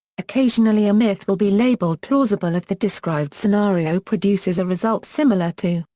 occasionally a myth will be labelled plausible if the described scenario produces a result similar to,